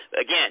again